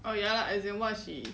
oh ya lah as in what she